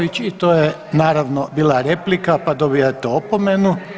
i to je naravno bila replika, pa dobijate opomenu.